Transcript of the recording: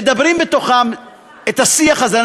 מדברים בתוכם את השיח הזה.